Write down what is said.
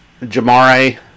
Jamare